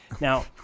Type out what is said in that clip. Now